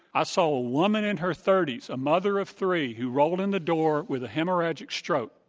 i saw a woman in her thirty s, a mother of three, who rolled in the door with a hemorrhagic stroke,